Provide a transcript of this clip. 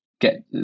get